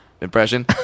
impression